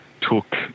took